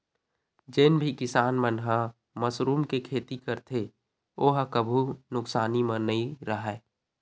जेन भी किसान मन ह मसरूम के खेती करथे ओ ह कभू नुकसानी म नइ राहय